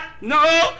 No